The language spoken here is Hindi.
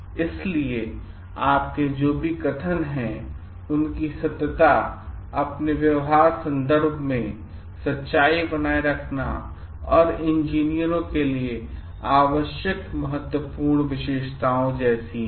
इसलिए आपके जो भी कथन हैं उनकी सत्यता अपने व्यवहार संदर्भ में सच्चाई बनाना या इंजीनियरों के लिए आवश्यक महत्वपूर्ण विशेषताओं जैसी हैं